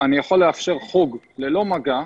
אני יכול לאפשר חוג ללא מגע,